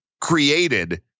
created